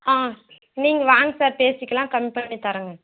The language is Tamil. ஆ நீங்கள் வாங்க சார் பேசிக்கலாம் கம்மி பண்ணித் தர்றேன்ங்க